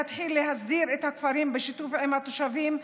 להתחיל להסדיר את הכפרים בשיתוף עם התושבים,